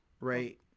Right